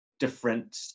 different